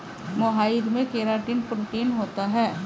मोहाइर में keratin protein होता है